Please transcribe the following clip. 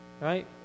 right